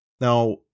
Now